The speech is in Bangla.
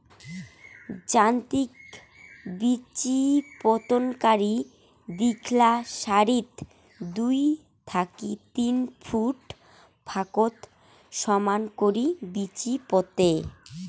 যান্ত্রিক বিচিপোতনকারী দীঘলা সারিত দুই থাকি তিন ফুট ফাকত সমান করি বিচি পোতে